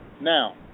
now